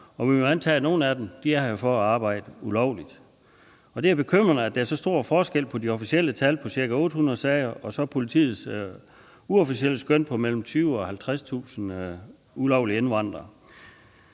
og vi må antage, at nogle af dem er her for at arbejde ulovligt. Det er bekymrende, at der er så stor forskel på de officielle tal på ca. 800 sager og politiets uofficielle skøn på mellem 20.000 og 50.000 ulovlige indvandrere.